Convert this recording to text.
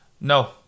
No